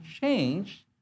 change